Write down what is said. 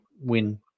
Win